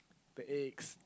the eggs